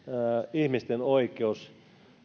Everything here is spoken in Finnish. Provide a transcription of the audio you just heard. ihmisten oikeus